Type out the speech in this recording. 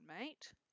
mate